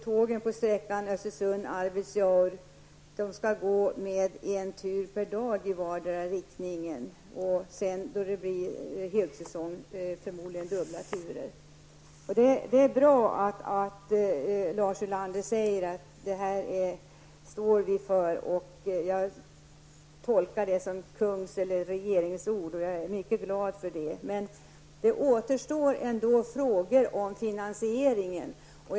Tågen på sträckan mellan Östersund och Arvidsjaur skall gå med en tur per dag i vardera riktningen och under högsäsongen förmodligen med dubbla turer. Det är bra att Lars Ulander säger att socialdemokraterna står för det här. Det tolkar jag som kungs eller i varje fall regeringsord som jag är mycket glad över. Det återstår ändå frågor om finansieringen.